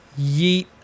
yeet